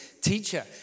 Teacher